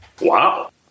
Wow